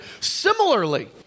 similarly